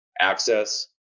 access